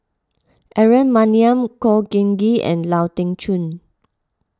Aaron Maniam Khor Ean Ghee and Lau Teng Chuan